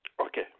Okay